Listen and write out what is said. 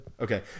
okay